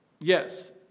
Yes